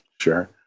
Sure